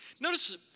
Notice